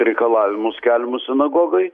reikalavimus keliamus sinagogai